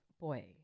Boy